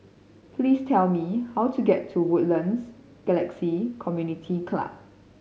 please tell me how to get to Woodlands Galaxy Community Club